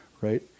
right